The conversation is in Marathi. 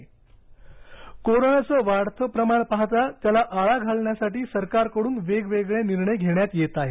प्लॅटफॉर्म तिकीट कोरोनाचं वाढते प्रमाण पाहता त्याला आळा घालण्यासाठी सरकारकडुन वेगवेगळे निर्णय घेण्यात येत आहे